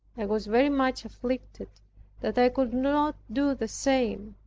i was very much afflicted that i could not do the same.